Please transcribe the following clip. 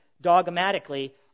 dogmatically